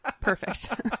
Perfect